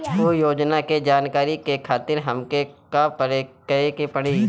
उ योजना के जानकारी के खातिर हमके का करे के पड़ी?